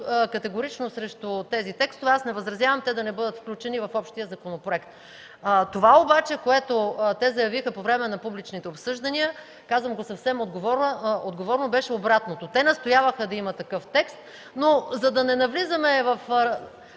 категорично срещу тези текстове, аз не възразявам да не бъдат включени в общия законопроект. Това обаче, което те заявиха по време на публичните обсъждания, казвам го съвсем отговорно, беше обратното – те настояваха да има такъв текст, но за да не навлизаме в